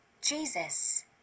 Jesus